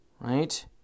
Right